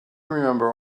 remember